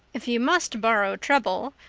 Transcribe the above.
if you must borrow trouble,